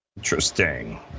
Interesting